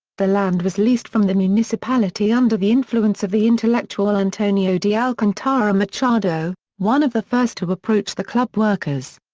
the land was leased from the municipality under the influence of the intellectual antonio de alcantara machado, one of the first to approach the club workers.